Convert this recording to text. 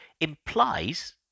implies